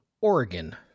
Oregon